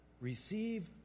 Receive